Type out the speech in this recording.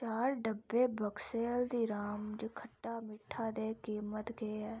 चार डब्बे बक्से हल्दीराम्ज़ खट्टा मिट्ठा दी कीमत केह् ऐ